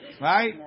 right